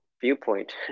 viewpoint